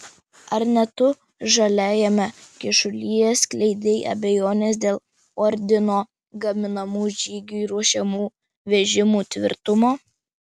ar ne tu žaliajame kyšulyje skleidei abejones dėl ordino gaminamų žygiui ruošiamų vežimų tvirtumo